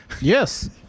Yes